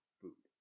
food